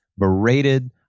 berated